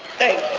thank